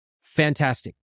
fantastic